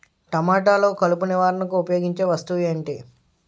టమాటాలో కలుపు నివారణకు ఉపయోగించే వస్తువు ఏంటి?